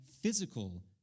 physical